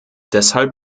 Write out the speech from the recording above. deshalb